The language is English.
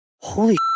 Holy